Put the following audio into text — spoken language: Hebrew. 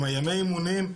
עם ימי אימונים,